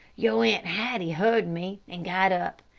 your aunt hattie heard me and got up.